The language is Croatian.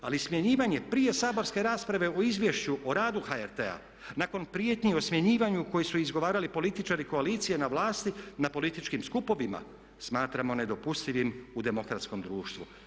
Ali smjenjivanje prije saborske rasprave o Izvješću o radu HRT-a nakon prijetnji o smjenjivanju koje su izgovarali političari koalicije na vlasti, na političkim skupovima, smatramo nedopustivim u demokratskom društvu.